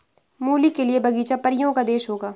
मूली के लिए बगीचा परियों का देश होगा